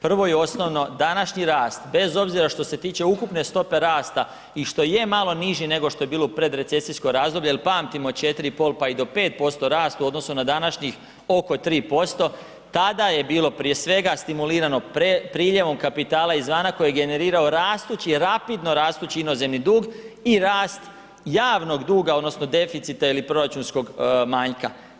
Prvo i osnovno, današnji rast bez obzira što se tiče ukupne stope rasta i što je malo niži nego što je bilo u pred recesijsko razdoblje jel pamtimo 4,5 pa i do 5% rast u odnosu na današnjih oko 3%, tada je bilo prije svega stimulirano priljevom kapitala iz vana koji je generirao rasteći, rapidno rastući inozemni dug i rast javnog duga odnosno deficita ili proračunskog manjka.